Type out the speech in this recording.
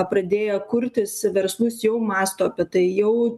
pradėję kurtis verslus jau mąsto apie tai jau